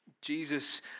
Jesus